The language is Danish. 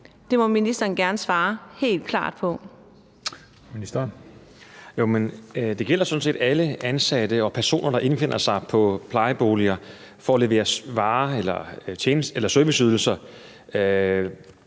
ældreministeren (Magnus Heunicke): Det gælder sådan set alle ansatte og personer, der henvender sig i plejeboliger for at levere varer eller serviceydelser,